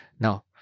Now